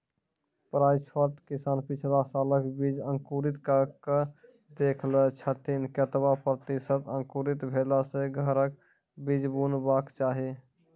प्रायः छोट किसान पिछला सालक बीज अंकुरित कअक देख लै छथिन, केतबा प्रतिसत अंकुरित भेला सऽ घरक बीज बुनबाक चाही?